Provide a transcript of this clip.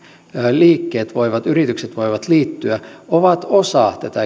liikkeet yritykset voivat liittyä ovat osa tätä